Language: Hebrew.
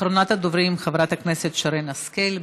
אחרונת הדוברים, חברת הכנסת שרן השכל.